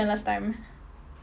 last time